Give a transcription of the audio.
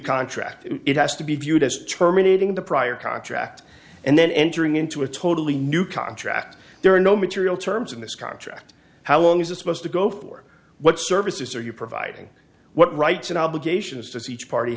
contract it has to be viewed as terminating the prior contract and then entering into a totally new contract there are no material terms in this contract how long is this supposed to go for what services are you providing what rights and obligations to each party